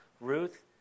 Ruth